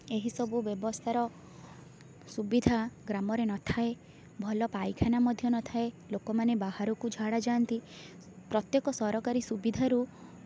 ଏହି ସବୁ ବ୍ୟବସ୍ଥାର ସୁବିଧା ଗ୍ରାମରେ ନଥାଏ ଭଲ ପାଇଖାନା ମଧ୍ୟ ନଥାଏ ଲୋକମାନେ ବାହାରକୁ ଝାଡ଼ା ଯାଆନ୍ତି ପ୍ରତ୍ୟେକ ସରକାରୀ ସୁବିଧାରୁ